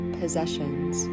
possessions